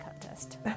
contest